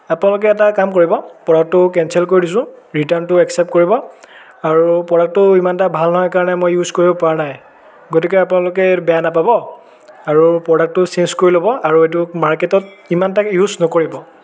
আপোনালোকে এটা কাম কৰিব প্ৰডাক্টটো কেঞ্চেল কৰি দিছোঁ ৰিটাৰ্ণটো একচেপ্ট কৰিব আৰু প্ৰডাক্টটো ইমান এটা ভাল নহয় কাৰণে মই ইউচ কৰিব পৰা নাই গতিকে আপোনালোকে এইটো বেয়া নাপাব আৰু প্ৰডাক্টটো চেঞ্জ কৰি ল'ব আৰু এইটো মাৰ্কেটত ইমান এটা ইউচ নকৰিব